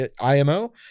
IMO